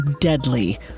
deadly